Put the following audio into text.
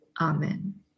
Amen